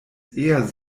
eher